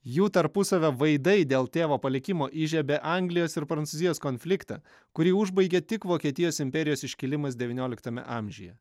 jų tarpusavio vaidai dėl tėvo palikimo įžiebė anglijos ir prancūzijos konfliktą kurį užbaigė tik vokietijos imperijos iškilimas devynioliktame amžiuje